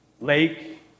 lake